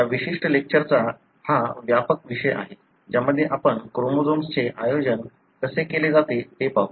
या विशिष्ट लेक्चर चा हा व्यापक विषय आहे ज्यामध्ये आपण क्रोमोझोम्सचे आयोजन कसे केले जाते ते पाहू